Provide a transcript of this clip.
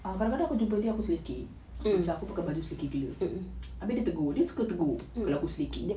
ah kadang-kadang aku jumpa dia aku selekeh macam aku pakai baju selekeh gila abeh dia tegur dia suka tegur bila aku selekeh